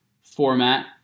format